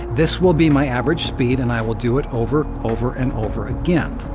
this will be my average speed, and i will do it over, over, and over again.